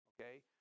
okay